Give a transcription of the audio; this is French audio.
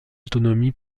autonomie